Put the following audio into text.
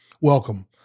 Welcome